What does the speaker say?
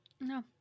no